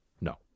no